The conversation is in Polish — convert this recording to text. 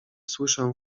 słyszę